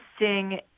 interesting